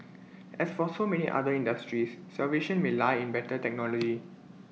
as for so many other industries salvation may lie in better technology